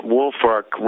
Wolfark